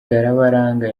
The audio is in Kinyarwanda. karabaranga